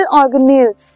organelles